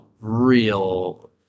real